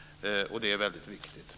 Det är väldigt viktigt.